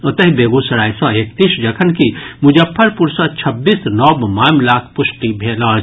ओतहि बेगूसराय सँ एकतीस जखनकि मुजफ्फरपुर सँ छब्बीस नव मामिलाक पुष्टि भेल अछि